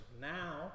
now